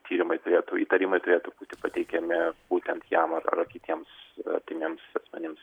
tyrimai turėtų įtarimai turėtų būti pateikiami būtent jam ar ar kitiems artimiems asmenims